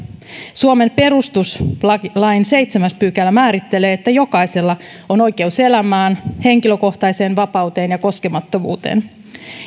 suomen perustuslain seitsemäs pykälä määrittelee että jokaisella on oikeus elämään henkilökohtaiseen vapauteen ja koskemattomuuteen